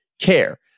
care